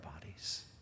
bodies